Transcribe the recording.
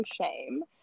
shame